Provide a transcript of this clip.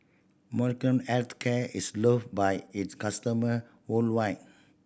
Molnylcke Health Care is loved by its customer worldwide